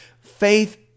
Faith